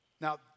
Now